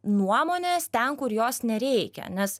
nuomonės ten kur jos nereikia nes